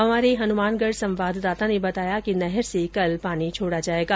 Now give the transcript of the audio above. हमारे हनुमानगढ संवाददाता ने बताया कि नहर से कल पानी छोडा जाएगा